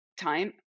time